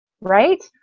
right